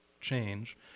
change